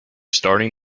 starting